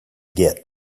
get